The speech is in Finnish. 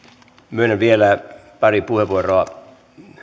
myönnän vielä pari puheenvuoroa